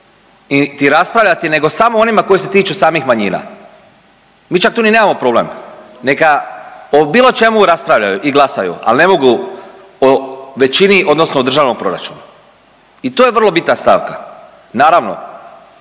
i niti raspravljati nego samo onima koji se tiču samih manjina. Mi čak tu ni nemamo problem, neka o bilo čemu raspravljaju i glasaju, ali ne mogu o većini odnosno o državnom proračunu i to je vrlo bitna stavka. Naravno,